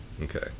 Okay